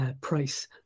Price